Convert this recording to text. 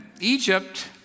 Egypt